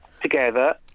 together